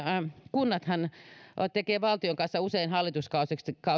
kunnat tekevät valtion kanssa usein hallituskausiksi